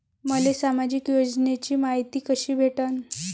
मले सामाजिक योजनेची मायती कशी भेटन?